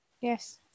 Yes